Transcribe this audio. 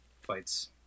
fights